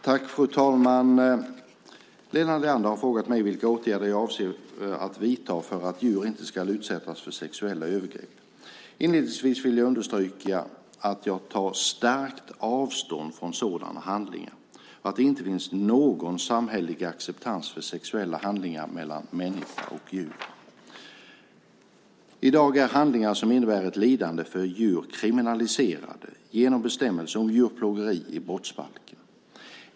Fru talman! Helena Leander har frågat mig vilka åtgärder jag avser att vidta för att djur inte ska utsättas för sexuella övergrepp. Inledningsvis vill jag understryka att jag tar starkt avstånd från sådana handlingar och att det inte finns någon samhällelig acceptans för sexuella handlingar mellan människa och djur. I dag är handlingar som innebär ett lidande för djur kriminaliserade genom bestämmelsen om djurplågeri i brottsbalken.